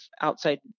outside